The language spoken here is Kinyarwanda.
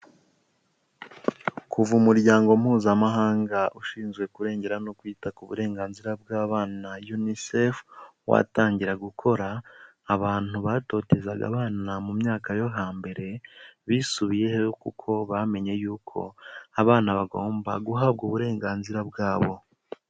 Kuva umuryango Mpuzamahanga ushinzwe kurengera no kwita ku burenganzira bw'abana UNICEF watangira gukora, abantu batotezaga abana mu myaka yo hambere bisubiyeho kuko bamenye y'uko abana bagomba guhabwa uburenganzira bwabo.